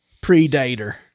Predator